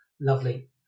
Lovely